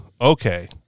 okay